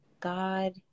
God